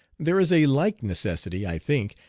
there is a like necessity, i think,